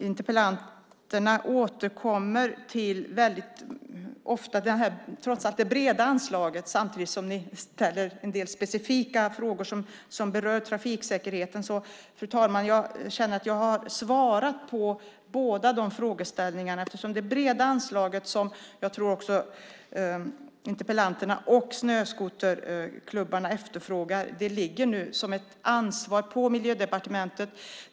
Interpellanterna återkommer ofta till det breda anslaget samtidigt som de ställer en del specifika frågor som berör trafiksäkerheten. Fru talman, jag känner att jag har svarat på båda de frågeställningarna. Det breda anslaget som jag tror att interpellanterna och snöskoterklubbarna efterfrågar ligger inom Miljödepartementets ansvar.